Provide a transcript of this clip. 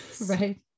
Right